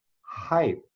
hype